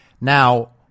Now